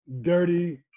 dirty